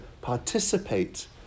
participate